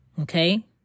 Okay